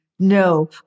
No